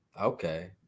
Okay